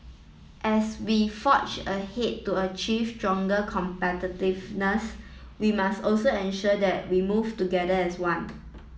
as we forge ahead to achieve stronger competitiveness we must also ensure that we move together as one